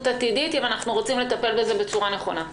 עתידית אם אנחנו רוצים לטפל בזה בצורה נכונה.